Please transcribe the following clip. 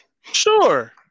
Sure